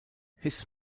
his